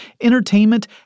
entertainment